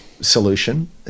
solution